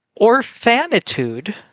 orphanitude